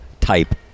type